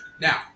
Now